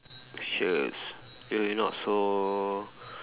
sure you you not so